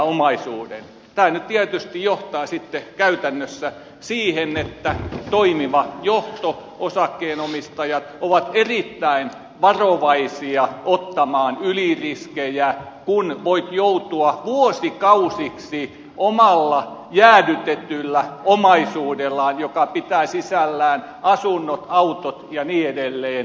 tämä nyt tietysti johtaa käytännössä siihen että toimiva johto ja osakkeenomistajat ovat erittäin varovaisia ottamaan yliriskejä kun voivat joutua vuosikausiksi omalla jäädytetyllä omaisuudellaan joka pitää sisällään asunnot autot ja niin edelleen